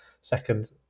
second